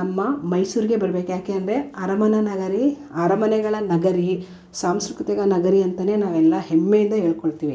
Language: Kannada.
ನಮ್ಮ ಮೈಸೂರಿಗೆ ಬರ್ಬೇಕು ಯಾಕೆಂದರೆ ಅರಮನೆ ನಗರಿ ಅರಮನೆಗಳ ನಗರಿ ಸಾಂಸ್ಕೃತಿಕ ನಗರಿ ಅಂತಲೇ ನಾವೆಲ್ಲಾ ಹೆಮ್ಮೆಯಿಂದ ಹೇಳಿಕೊಳ್ತೀವಿ